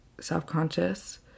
self-conscious